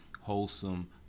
wholesome